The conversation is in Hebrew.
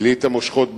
טלי את המושכות בידיים,